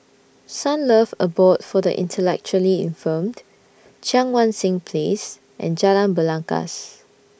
Sunlove Abode For The Intellectually Infirmed Cheang Wan Seng Place and Jalan Belangkas